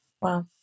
Wow